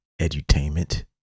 edutainment